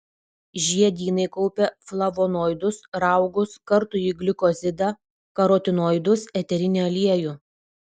žiedynai kaupia flavonoidus raugus kartųjį glikozidą karotinoidus eterinį aliejų